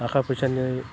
थाखा फैसानि